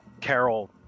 Carol